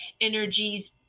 energies